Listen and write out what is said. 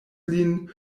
lin